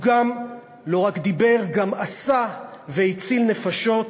הוא לא רק דיבר, גם עשה, והציל נפשות.